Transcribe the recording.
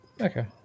Okay